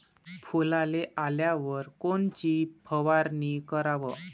फुलाले आल्यावर कोनची फवारनी कराव?